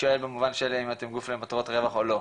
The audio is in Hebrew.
במובן של אם אתם גוף למטרות רווח או לא.